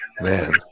Man